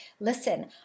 listen